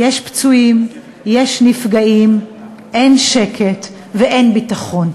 יש פצועים, יש נפגעים, אין שקט ואין ביטחון.